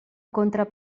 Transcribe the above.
contra